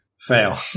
fail